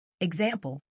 Example